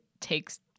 takes